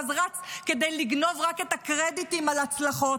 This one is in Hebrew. ואז רץ כדי לגנוב רק את הקרדיטים על הצלחות.